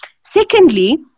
Secondly